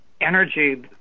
energy